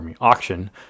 auction